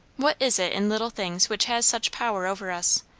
what is it in little things which has such power over us?